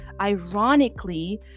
ironically